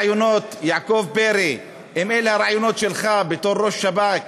יעקב פרי, אם אלה הרעיונות שלך בתור ראש השב"כ,